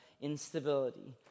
instability